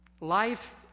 life